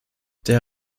der